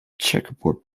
checkerboard